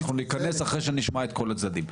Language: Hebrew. אנחנו נכנס אחרי שנשמע את כל הצדדים.